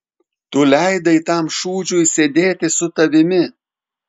tu leidai tam šūdžiui sėdėti su tavimi